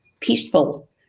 peaceful